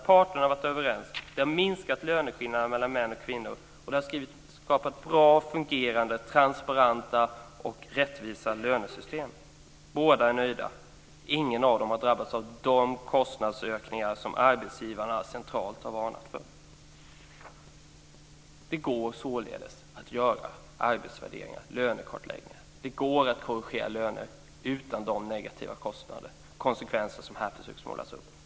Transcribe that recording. Parterna har varit överens. Det har minskat löneskillnaderna mellan män och kvinnor och det har skapat bra, fungerande, transparenta och rättvisa lönesystem. Båda är nöjda. Ingen av dem har drabbats av de kostnadsökningar som arbetsgivarna centralt har varnat för. Det går således av göra arbetsvärderingar, lönekartläggningar. Det går att korrigera löner utan de negativa konsekvenser som man här försöker måla upp.